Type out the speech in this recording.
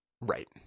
Right